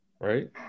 right